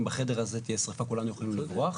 אם בחדר הזה תהיה שריפה כולנו יכולים לברוח.